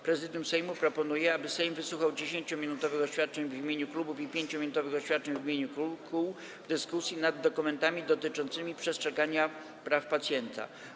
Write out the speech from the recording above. Prezydium Sejmu proponuje, aby Sejm wysłuchał 10-minutowych oświadczeń w imieniu klubów i 5-minutowych oświadczeń w imieniu kół w dyskusji nad dokumentami dotyczącymi przestrzegania praw pacjenta.